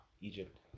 Egypt